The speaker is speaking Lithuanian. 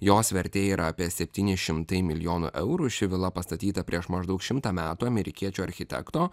jos vertė yra apie septyni šimtai milijonų eurų ši vila pastatyta prieš maždaug šimtą metų amerikiečio architekto